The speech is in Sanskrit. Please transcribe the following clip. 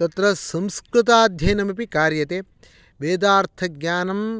तत्र संस्कृताध्ययनमपि कार्यते वेदार्थज्ञानम्